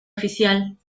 oficial